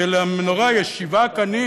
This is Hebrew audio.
ולמנורה יש שבעה קנים,